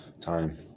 time